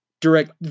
direct